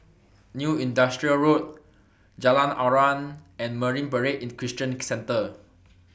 New Industrial Road Jalan Aruan and Marine Parade Christian Centre